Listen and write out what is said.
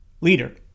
Leader